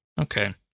Okay